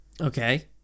Okay